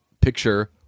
Picture